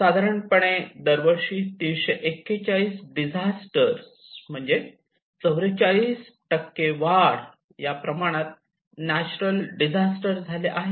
साधारणपणे दरवर्षी 341 डिझास्टर म्हणजेच 44 वाढ या प्रमाणात नॅचरल डिझास्टर झाले आहेत